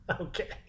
okay